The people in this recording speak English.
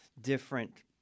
different